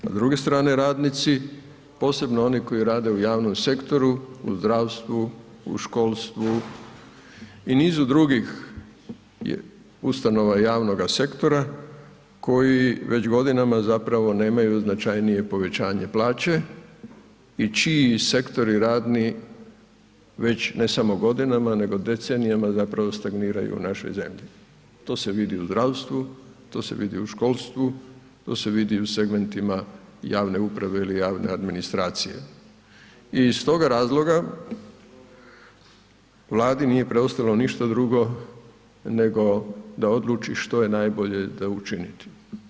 A s druge strane radnici, posebno oni koji rade u javnom sektoru, u zdravstvu, u školstvu i nizu drugih ustanova javnoga sektora, koji već godinama zapravo nemaju značajnije povećanje plaće i čiji sektori radni već ne samo godinama nego decenijama zapravo stagniraju u našoj zemlji, to se vidi u zdravstvu, to se vidi u školstvu, to se vidi u segmentima javne uprave ili javne administracije i iz toga razloga Vladi nije preostalo ništa drugo nego da odluči što je najbolje za učiniti.